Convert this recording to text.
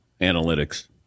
analytics